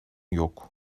yok